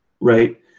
Right